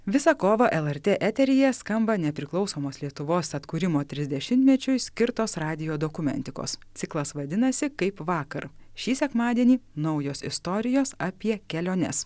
visą kovą lrt eteryje skamba nepriklausomos lietuvos atkūrimo trisdešimtmečiui skirtos radijo dokumentikos ciklas vadinasi kaip vakar šį sekmadienį naujos istorijos apie keliones